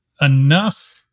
enough